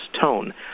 tone